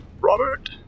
Robert